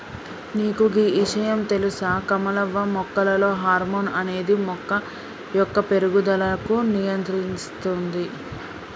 మీకు గీ ఇషయాం తెలుస కమలవ్వ మొక్కలలో హార్మోన్ అనేది మొక్క యొక్క పేరుగుదలకు నియంత్రిస్తుంది